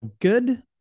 good